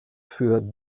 für